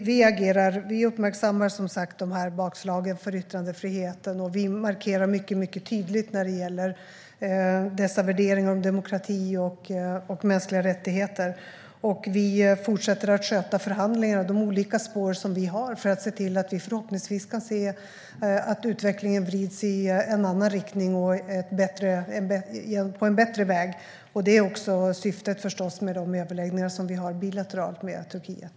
Herr talman! Vi uppmärksammar, som sagt, bakslagen för yttrandefriheten. Vi markerar mycket tydligt när det gäller värderingar om demokrati och mänskliga rättigheter. Vi fortsätter att sköta förhandlingarna, de olika spår som vi har, så att vi förhoppningsvis kan se att utvecklingen vrids i en annan riktning och går en bättre väg. Det är förstås också syftet med de överläggningar som vi har bilateralt med Turkiet.